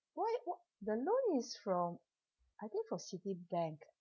why w~ the loan is from I think from citibank